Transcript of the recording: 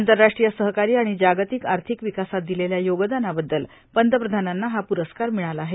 आंतरराष्ट्रीय सहकार्य आणि जागतिक आर्थिक विकासात दिलेल्या योगदानाबद्दल पंतप्रधानांना हा प्रस्कार मिळाला आहे